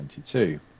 2022